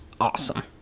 awesome